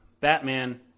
Batman